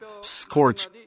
scorch